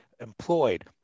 employed